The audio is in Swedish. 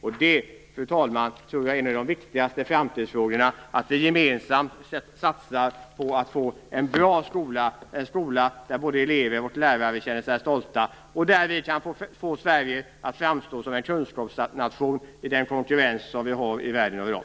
Jag tror, fru talman, att en av de viktigaste framtidsfrågorna är att vi gemensamt satsar på en bra skola, en skola där både elever och lärare känner sig stolta och som gör att Sverige kan framstå som en kunskapsnation i konkurrens med övriga länder i världen i dag.